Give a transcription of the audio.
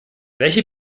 welche